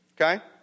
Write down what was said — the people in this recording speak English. Okay